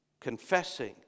confessing